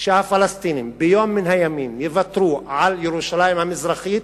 שהפלסטינים ביום מן הימים יוותרו על ירושלים המזרחית,